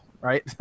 right